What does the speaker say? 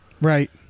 Right